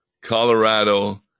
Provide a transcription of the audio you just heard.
Colorado